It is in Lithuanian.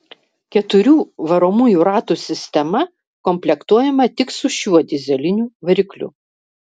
keturių varomųjų ratų sistema komplektuojama tik su šiuo dyzeliniu varikliu